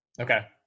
Okay